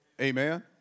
Amen